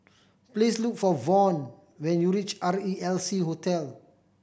please look for Vaughn when you reach R E L C Hotel